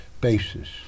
basis